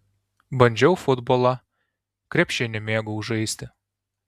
bandžiau futbolą krepšinį mėgau žaisti